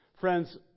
Friends